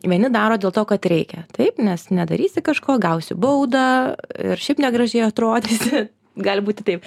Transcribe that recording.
vieni daro dėl to kad reikia taip nes nedarysi kažko gausi baudą ir šiaip negražiai atrodysi gali būti taip